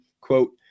quote